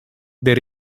there